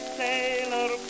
sailor